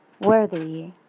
worthy